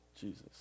Jesus